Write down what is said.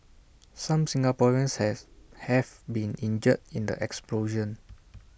some Singaporeans has have been injured in the explosion